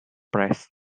pressed